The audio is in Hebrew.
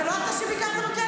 זה לא אתה שביקרת בכלא?